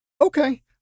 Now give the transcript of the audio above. Okay